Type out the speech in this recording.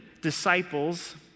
disciples